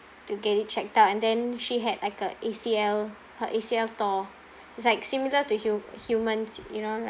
to get it checked out and then she had like a A_C_L her A_C_L tore it's like similar to hu~ humans you know like